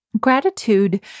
gratitude